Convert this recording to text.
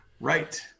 Right